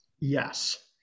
Yes